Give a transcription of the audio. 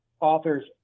author's